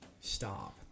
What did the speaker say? stop